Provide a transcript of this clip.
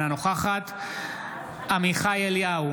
אינה נוכחת עמיחי אליהו,